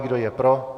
Kdo je pro?